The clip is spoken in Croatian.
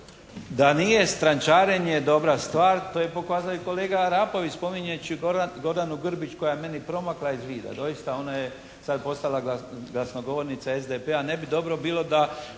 Da nije strančarenje dobra stvar to je pokazao i kolega Arapović spominju Gordanu Grbić koja je meni promakla iz vida. Doista ona je sad postala glasnogovornica SDP-a. Ne bi dobro bilo da